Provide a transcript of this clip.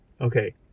Okay